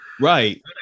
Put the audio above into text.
Right